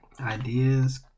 Ideas